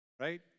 Right